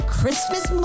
Christmas